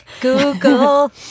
google